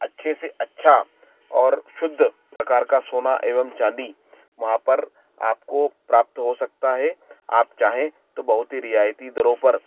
अच्छे से अच्छा और शुद्ध प्रकार का सोना एवं चांदी वहाँ पर आपको प्राप्त हो सकता है आप चाहे तो बहुत ही रियायती दरों पर